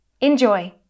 Enjoy